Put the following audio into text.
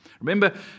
Remember